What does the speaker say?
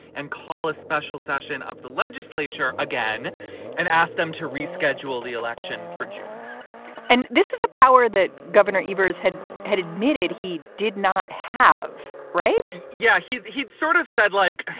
and call a special session of the legislature again and ask them to reschedule the election for june and this is a power that governor ivar's had had admitted he did not have. right yeah, he he sort of said, like,